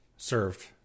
served